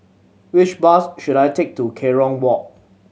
which bus should I take to Kerong Walk